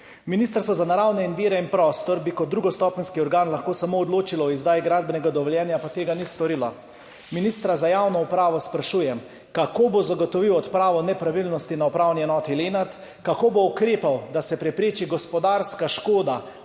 Ministrstvo za naravne vire in prostor bi kot drugostopenjski organ lahko samo odločilo o izdaji gradbenega dovoljenja, pa tega ni storilo. Ministra za javno upravo sprašujem: Kako boste zagotovili odpravo nepravilnosti na Upravni enoti Lenart? Kako boste ukrepali, da se prepreči gospodarska škoda